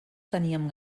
teníem